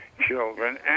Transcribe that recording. children